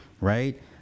right